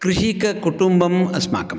कृषिककुटुम्बम् अस्माकं